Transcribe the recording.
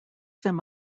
them